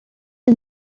est